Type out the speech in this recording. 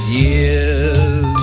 years